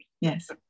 Yes